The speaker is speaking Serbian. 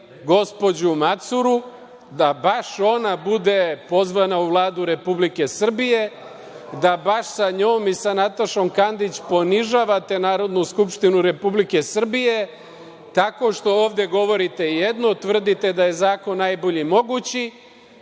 gospođu Macuru, da baš ona bude pozvana u Vladu Republike Srbije, da baš sa njom i sa Natašom Kandić ponižavate Narodnu skupštinu Republike Srbije, tako što ovde govorite jedno, tvrdite da je zakon najbolji mogući.